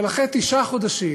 אבל אחרי תשעה חודשים